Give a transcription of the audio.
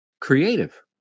creative